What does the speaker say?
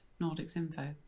NordicsInfo